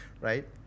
Right